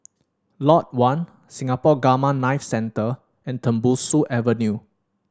Lot One Singapore Gamma Knife Centre and Tembusu Avenue